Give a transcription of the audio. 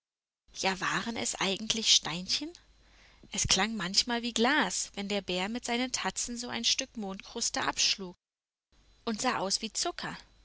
ja waren es eigentlich steinchen es klang manchmal wie glas wenn der bär mit seinen tatzen so ein stück mondkruste abschlug und sah aus wie zucker